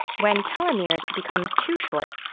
when telomeres become too short,